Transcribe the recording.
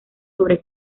sobre